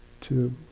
two